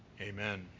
amen